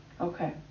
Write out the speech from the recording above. Okay